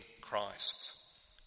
Christ